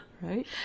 Right